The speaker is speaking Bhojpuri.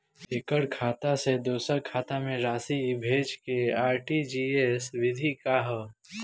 एकह खाता से दूसर खाता में राशि भेजेके आर.टी.जी.एस विधि का ह?